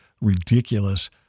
ridiculous